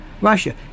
Russia